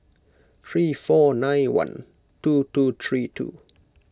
three four nine one two two three two